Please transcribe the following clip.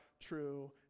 true